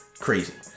crazy